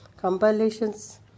compilations